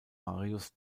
marius